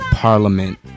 Parliament